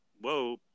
whoa